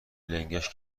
لنگش